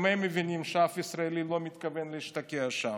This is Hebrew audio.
גם הם מבינים שאף ישראלי לא מתכוון להשתקע שם.